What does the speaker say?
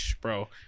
bro